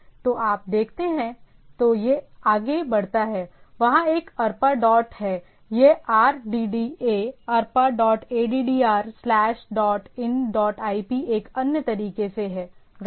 तो अगर आप देखते हैं तो यह आगे बढ़ता है वहाँ एक अरपा डॉट है यह r d d a arpa dot addr slash dash in dot IP एक अन्य तरीके से है राइट